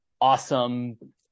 awesome